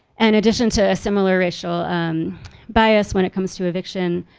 and addition to a similar racial bias when it comes to eviction.